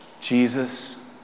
Jesus